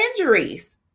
injuries